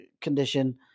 condition